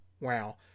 wow